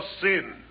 sin